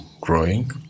growing